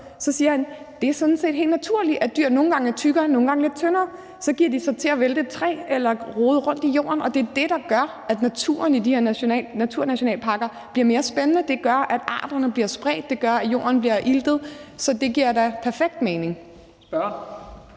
så siger han, at det sådan set er helt naturligt, at dyr nogle gange er tykkere og nogle gange er tyndere. Så giver de sig til at vælte et træ eller rode rundt i jorden, og det er det, der gør, at naturen i de her naturnationalparker bliver mere spændende. Det gør, at arterne bliver spredt, det gør, at jorden bliver iltet, så det giver da perfekt mening.